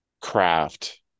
craft